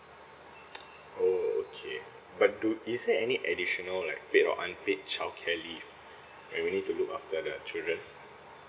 oh okay but do is there any additional like paid or unpaid childcare leave when we need to look after the children